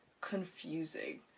confusing